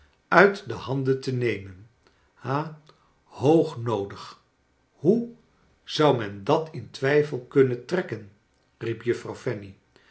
uit de handen te nemen ha hoog noodig hoe zou men dat in twijfel kunnen trekken riep juffrouw